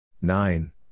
Nine